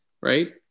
Right